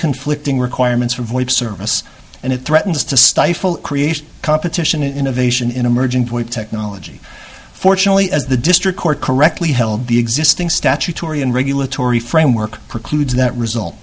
conflicting requirements for voip service and it threatens to stifle creation competition and innovation in emerging point technology fortunately as the district court correctly held the existing statutory and regulatory framework precludes that result